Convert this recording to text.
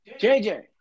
JJ